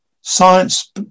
science